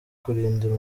kurindira